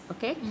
Okay